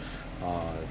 uh